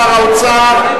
שר האוצר,